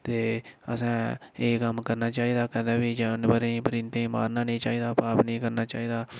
ते असें एह् कम्म करना चाहि्दा कदें बी जानबरें गी परिंदे गी मारना नेईं चाहिदा पाप नी करना चाहिदा